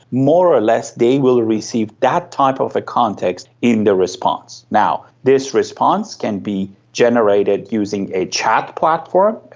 more or less they will receive that type of a context in the response. now, this response can be generated using a chat platform.